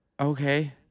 okay